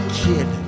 kid